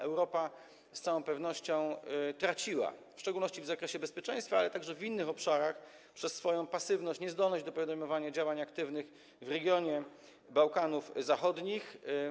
Europa z całą pewnością traciła, w szczególności w zakresie bezpieczeństwa, ale także w innych obszarach, przez swoją pasywność, niezdolność do podejmowania działań aktywnych w regionie Bałkanów Zachodnich.